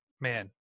man